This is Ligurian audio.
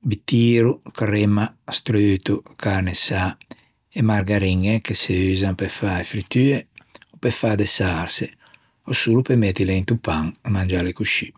bitîro, cremma, struto, carne sâ e margariñe che se usan pe fâ e frittue, pe fâ de sarse o solo pe mettile into pan e mangiâle coscì.